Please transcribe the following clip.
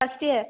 first year